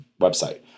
website